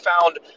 found